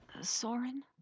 Soren